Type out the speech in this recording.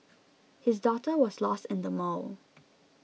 his daughter was lost in the mall